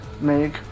make